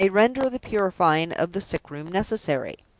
and may render the purifying of the sick-room necessary.